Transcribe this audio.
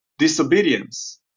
disobedience